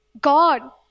God